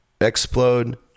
explode